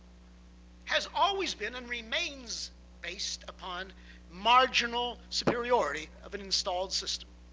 has always been and remains based upon marginal superiority of an installed system.